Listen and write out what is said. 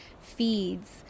feeds